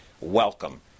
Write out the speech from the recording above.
Welcome